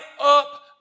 up